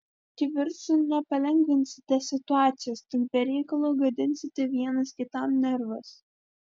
kivirču nepalengvinsite situacijos tik be reikalo gadinsite vienas kitam nervus